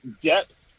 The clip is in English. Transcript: depth